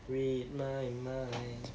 read my mind